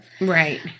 Right